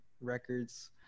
records